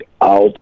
out